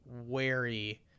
wary